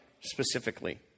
specifically